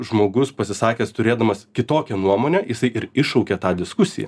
žmogus pasisakęs turėdamas kitokią nuomonę jisai ir iššaukė tą diskusiją